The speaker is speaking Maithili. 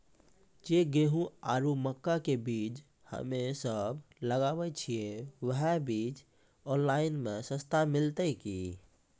जे गेहूँ आरु मक्का के बीज हमे सब लगावे छिये वहा बीज ऑनलाइन मे सस्ता मिलते की?